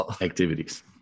activities